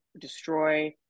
destroy